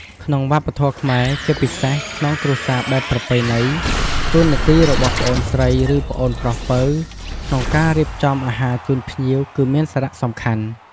ក្នុងវប្បធម៌ខ្មែរ ជាពិសេសនៅក្នុងគ្រួសារបែបប្រពៃណី តួនាទីរបស់ប្អូនស្រី ឬប្អូនប្រុសពៅ ក្នុងការរៀបចំអាហារជូនភ្ញៀវ គឺមានសារៈសំខាន់។